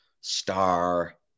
star